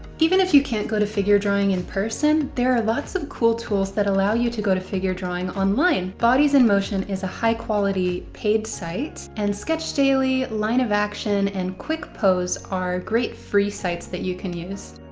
even if you can't go to figure drawing in person, there are lots of cool tools that allow you to go to figure drawing online. bodies in motion is a high-quality paid site, and sketchdaily, line of action and quickposes are great free sites that you can use.